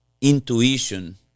intuition